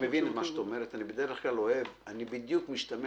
אני בדיוק משתמש